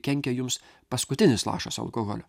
kenkia jums paskutinis lašas alkoholio